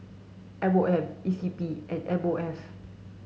M O M E C P and M O F